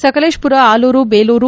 Sakleshpur Alur Belur